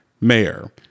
mayor